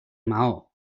maó